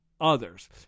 others